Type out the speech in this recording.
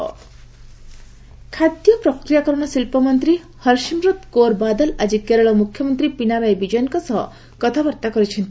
ବାଦଲ କେରଳ ଖାଦ୍ୟ ପ୍ରକ୍ରିୟାକରଣ ଶିଳ୍ପମନ୍ତ୍ରୀ ହରସିମରତ୍ କୌର ବାଦଲ ଆଜି କେରଳ ମୁଖ୍ୟମନ୍ତ୍ରୀ ପିନାରାୟି ବିଜୟନଙ୍କ ସହ କଥାବାର୍ତ୍ତା କରିଛନ୍ତି